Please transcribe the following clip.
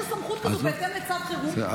בהתאם לצו חירום,